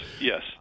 yes